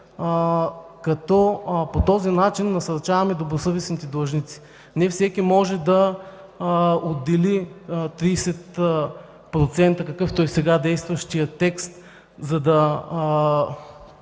като по този начин насърчаваме добросъвестните длъжници. Не всеки може да отдели 30%, какъвто е сега действащият текст, за да